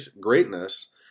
greatness